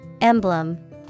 Emblem